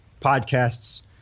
podcasts